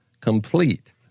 complete